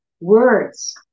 Words